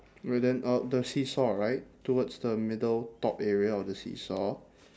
but then uh the seesaw right towards the middle top area of the seesaw